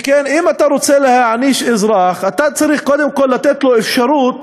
הרי אם אתה רוצה להעניש אזרח אתה צריך קודם כול לתת לו אפשרות